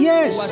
Yes